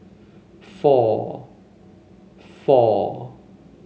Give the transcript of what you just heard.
four four